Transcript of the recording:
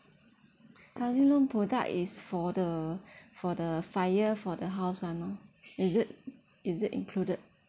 housing loan product is for the for the fire for the house [one] loh is it is it included